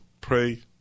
pray